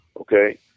okay